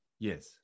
Yes